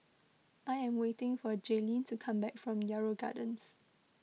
I am waiting for Jayleen to come back from Yarrow Gardens